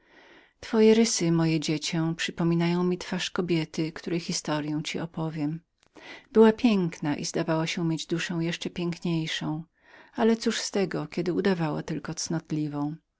twoje rysy moje dziecię przypominają mi twarz kobiety której historyę ci opowiem piękna jak anioł zdawała się mieć duszę jeszcze piękniejszą ale cóż z tego kiedy udawała tylko cnotliwą tak